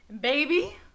Baby